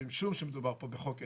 משום שמדובר פה בחוק עזר,